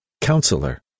Counselor